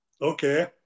Okay